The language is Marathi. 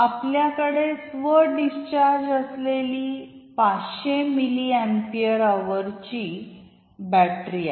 आपल्याकडे स्व डिस्चार्ज असलेली 500 मिली अपीयर अवरची बॅटरी आहे